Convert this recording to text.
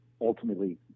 ultimately